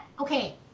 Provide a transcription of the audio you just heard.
Okay